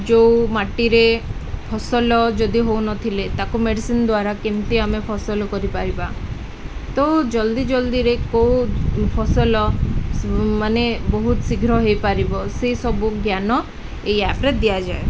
ଯେଉଁ ମାଟିରେ ଫସଲ ଯଦି ହଉନଥିଲେ ତାକୁ ମେଡ଼ିସିନ ଦ୍ଵାରା କେମିତି ଆମେ ଫସଲ କରିପାରିବା ତ ଜଲ୍ଦି ଜଲ୍ଦିରେ କେଉଁ ଫସଲ ମାନେ ବହୁତ ଶୀଘ୍ର ହେଇପାରିବ ସେସବୁ ଜ୍ଞାନ ଏଇ ଆପ୍ରେ ଦିଆଯାଏ